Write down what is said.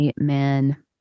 Amen